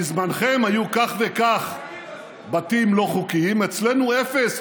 בזמנכם היו כך וכך בתים לא חוקיים, אצלנו, אפס.